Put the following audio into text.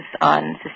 on